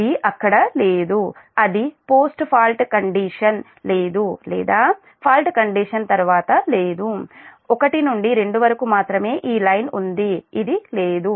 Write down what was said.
ఇది అక్కడ లేదు అది పోస్ట్ ఫాల్ట్ కండిషన్ లేదు లేదా ఫాల్ట్ కండిషన్ తర్వాత లేదు 1 నుండి 2 వరకు మాత్రమే ఈ లైన్ ఉంది ఇది లేదు